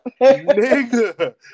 nigga